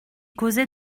causait